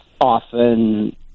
often